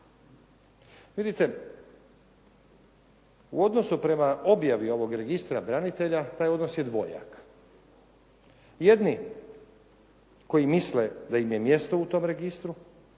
Vidite, u odnosu prema objavi ovog Registra branitelja, taj odnos je dvojak. Jedni koji misle da im je mjesto u tom registru,